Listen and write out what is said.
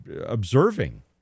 observing